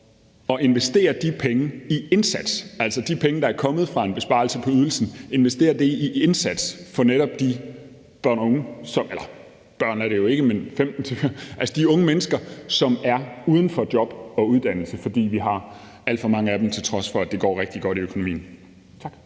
at investere de penge i indsats. De penge, der er kommet fra en besparelse på ydelsen, investerer vi altså i en indsats for netop de unge mennesker, som er uden for et job og uddannelse, for vi har alt for mange af dem, til trods for at det går rigtig godt med økonomien. Tak.